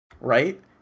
right